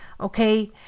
okay